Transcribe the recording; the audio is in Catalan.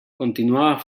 continuava